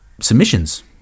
submissions